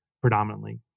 predominantly